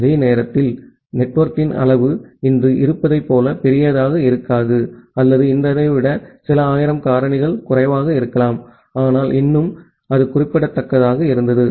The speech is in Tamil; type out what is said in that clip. அந்த நேரத்தில் நெட்வொர்க்கின் அளவு இன்று இருப்பதைப் போல பெரியதாக இருக்காது அல்லது இன்றையதை விட சில ஆயிரம் காரணிகள் குறைவாக இருக்கலாம் ஆனால் இன்னும் அது குறிப்பிடத்தக்கதாக இருந்தது